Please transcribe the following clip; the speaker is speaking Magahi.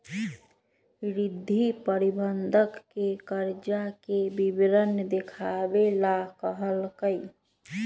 रिद्धि प्रबंधक के कर्जा के विवरण देखावे ला कहलकई